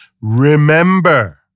remember